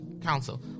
council